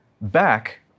back